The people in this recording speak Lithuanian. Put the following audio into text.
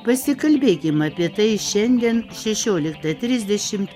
pasikalbėkim apie tai šiandien šešioliktą trisdešimt